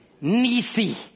Nisi